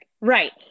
Right